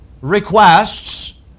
requests